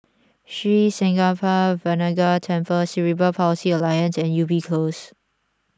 Sri Senpaga Vinayagar Temple Cerebral Palsy Alliance and Ubi Close